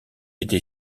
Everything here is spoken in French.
été